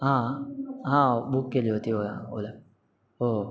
हां हां बुक केली होती ओळा ओला हो